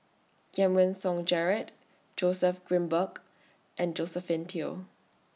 Giam Song Gerald Joseph Grimberg and Josephine Teo